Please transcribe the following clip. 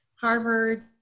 Harvard